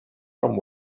from